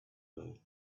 her